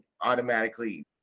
automatically